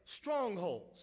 strongholds